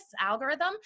algorithm